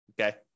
okay